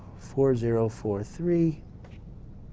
four zero four three